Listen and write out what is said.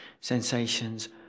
sensations